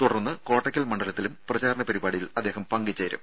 തുടർന്ന് കോട്ടയ്ക്കൽ മണ്ഡലത്തിലും പ്രചാരണ പരിപാടിയിൽ അദ്ദേഹം പങ്കുചേരും